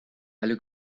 alle